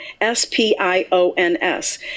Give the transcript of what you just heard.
S-P-I-O-N-S